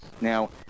Now